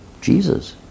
Jesus